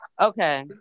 okay